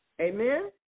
Amen